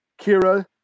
Kira